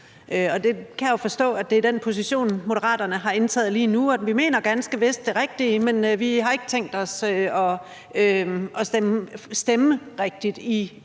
Det kan jeg forstå er den position, Moderaterne har indtaget lige nu. Man mener ganske vist det rigtige, men man har ikke tænkt sig at stemme rigtigt i